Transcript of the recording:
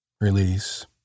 Release